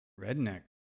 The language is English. redneck